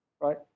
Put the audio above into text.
Right